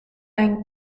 ein